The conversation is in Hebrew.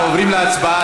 אנחנו עוברים להצבעה.